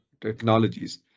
technologies